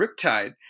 Riptide